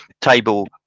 table